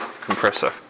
compressor